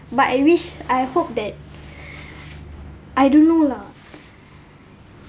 but I wish I hope that I don't know lah